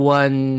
one